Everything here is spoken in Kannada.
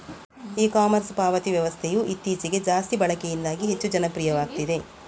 ಇ ಕಾಮರ್ಸ್ ಪಾವತಿ ವ್ಯವಸ್ಥೆಯು ಇತ್ತೀಚೆಗೆ ಜಾಸ್ತಿ ಬಳಕೆಯಿಂದಾಗಿ ಹೆಚ್ಚು ಜನಪ್ರಿಯವಾಗ್ತಿದೆ